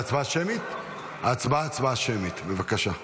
ההצבעה היא הצבעה שמית, בבקשה.